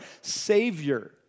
Savior